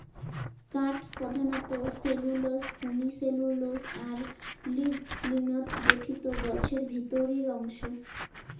কাঠ প্রধানত cellulose, hemicellulose আর লিগলিনত গঠিত গছের ভিতরির অংশ